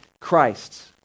Christ